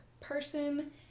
person